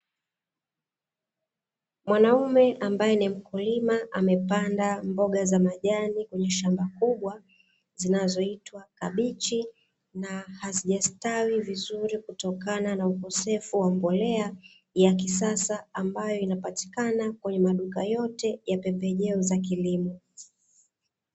Mwanaume ambaye ni mkulima, amepanda mboga za majani kwenye shamba kubwa, zinazoitwa kabichi, na hazijastawi vizuri kutokana na ukosefu wa mbolea ya kisasa, ambayo inapatikana kwenye maduka yote ya pembejeo za kilimo.